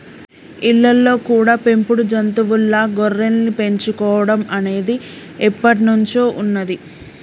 ఇళ్ళల్లో కూడా పెంపుడు జంతువుల్లా గొర్రెల్ని పెంచుకోడం అనేది ఎప్పట్నుంచో ఉన్నది